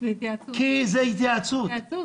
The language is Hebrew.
כי זאת התייעצות,